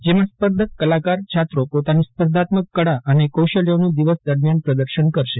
જેમાં સ્પર્ધક કલાકાર છાત્રો પોતાની સ્પર્ધાત્મક કળા અને કૌશલ્યનું દિવસ દરમિયાન પ્રદર્શન કરશે